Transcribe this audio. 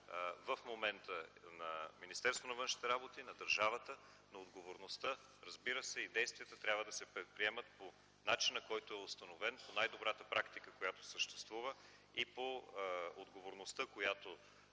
в момента на Министерството на външните работи, на държавата, но отговорността и действията трябва да се предприемат по начина, който е установен и по най-добрата практика, която съществува. Отговорността, която